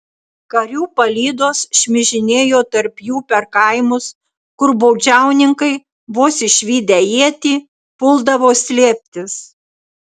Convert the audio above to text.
karių palydos šmižinėjo tarp jų per kaimus kur baudžiauninkai vos išvydę ietį puldavo slėptis